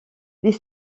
les